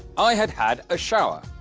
i had had a shower.